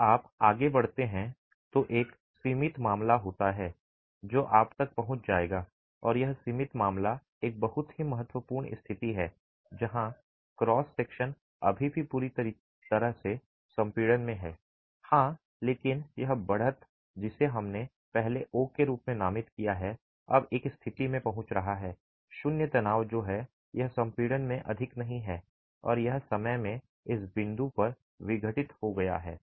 जब आप आगे बढ़ते हैं तो एक सीमित मामला होता है जो आप तक पहुंच जाएगा और यह सीमित मामला एक बहुत ही महत्वपूर्ण स्थिति है जहां क्रॉस सेक्शन अभी भी पूरी तरह से संपीड़न में है हाँ लेकिन यह बढ़त जिसे हमने पहले ओ के रूप में नामित किया है अब एक स्थिति में पहुंच रहा है शून्य तनाव जो है यह संपीड़न में अधिक नहीं है और यह समय में इस बिंदु पर विघटित हो गया है